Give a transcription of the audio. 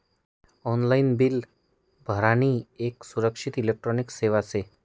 online bill भरानी येक सुरक्षित इलेक्ट्रॉनिक सेवा शे